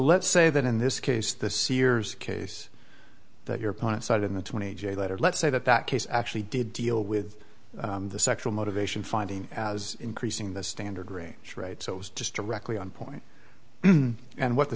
let's say that in this case the sears case that your opponent cited in the twenty j letter let's say that that case actually did deal with the sexual motivation finding as increasing the standard range right so it was just directly on point and what the